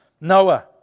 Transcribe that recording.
Noah